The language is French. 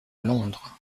londres